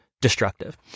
destructive